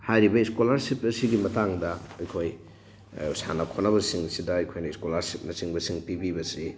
ꯍꯥꯏꯔꯤꯕ ꯏꯁꯀꯣꯂꯥꯔꯁꯤꯞ ꯑꯁꯤꯒꯤ ꯃꯇꯥꯡꯗ ꯑꯩꯈꯣꯏ ꯁꯥꯟꯅ ꯈꯣꯠꯅꯕꯁꯤꯡ ꯑꯁꯤꯗ ꯑꯩꯈꯣꯏꯅ ꯏꯁꯀꯣꯂꯥꯔꯁꯤꯞꯅꯆꯤꯡꯁꯤꯡ ꯄꯤꯕꯤꯕꯁꯤ